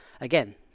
Again